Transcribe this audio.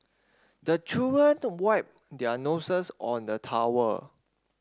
the children wipe their noses on the towel